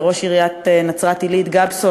זה ראש עיריית נצרת-עילית גפסו,